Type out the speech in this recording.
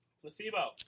Placebo